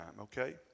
okay